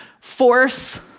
force